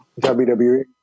WWE